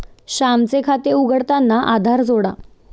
श्यामचे खाते उघडताना आधार जोडा